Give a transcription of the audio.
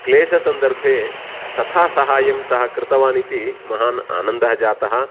क्लेशसन्दर्भे तथा सहायं सः कृतवानिति महान् आनन्दः जातः